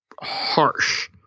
harsh